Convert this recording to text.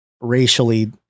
racially